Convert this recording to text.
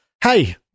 Hey